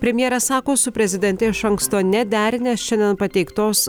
premjeras sako su prezidente iš anksto nederinęs šiandien pateiktos